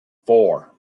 four